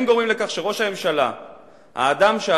הם גורמים לכך שראש הממשלה,